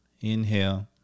inhale